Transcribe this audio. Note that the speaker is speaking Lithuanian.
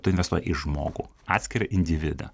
tu investuoji į žmogų atskirą individą